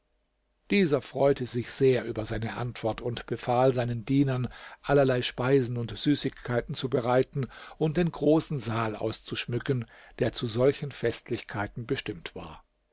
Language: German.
dieser freute sich sehr über seine antwort und befahl seinen dienern allerlei speisen und süßigkeiten zu bereiten und den großen saal auszuschmücken der zu solchen festlichkeiten bestimmt war